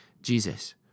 Jesus